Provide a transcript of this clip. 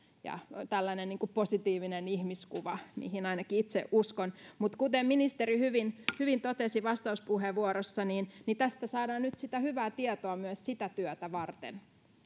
tällainen positiivinen ihmiskuva mihin ainakin itse uskon mutta kuten ministeri hyvin hyvin totesi vastauspuheenvuorossa niin niin tästä saadaan nyt sitä hyvää tietoa myös sitä työtä varten